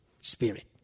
Spirit